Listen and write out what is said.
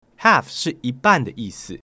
Half是一半的意思